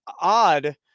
odd